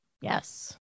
Yes